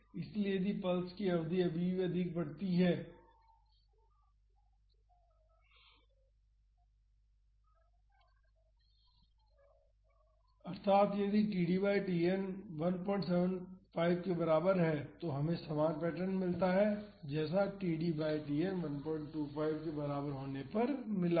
इसलिए यदि पल्स की अवधि अभी भी अधिक बढ़ती है अर्थात यदि td बाई Tn 175 के बराबर है तो हमें समान पैटर्न मिलता है जैसा td बाई Tn 125 के बराबर होने पर मिला है